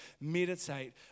meditate